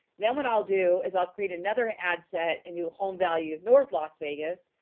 then what i'll do is i'll create another ad set and do, home value, north las vegas,